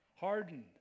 hardened